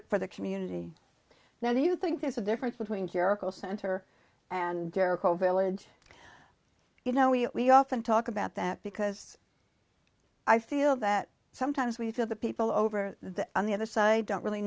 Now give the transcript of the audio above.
it for the community now do you think there's a difference between jericho center and jericho village you know we often talk about that because i feel that sometimes we feel that people over there on the other side don't really